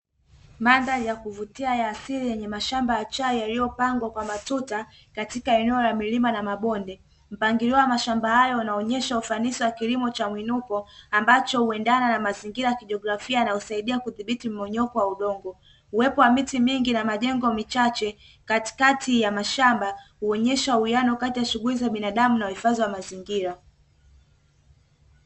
Mandhari ya kuvutia ya asili yenye mashamba ya chai yaliyopangwa kwa matuta katika eneo la milima na mabonde. Mpangilio wa mashamba hayo unaonyesha ufanisi wa kilimo cha mwinuko ambacho huendana na mazingira ya kijografia yanayosaidia kudhibiti mmomonyoko wa udongo, uwepo wa miti mingi na majengo machache katikati ya mashamba huonyesha uwiano kati ya shughuli za binadamu na uhifadhi wa mazingira.